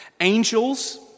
Angels